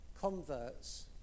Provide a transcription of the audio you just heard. converts